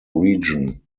region